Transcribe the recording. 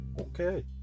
Okay